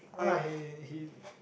no lah he he he